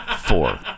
Four